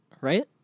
Right